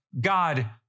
God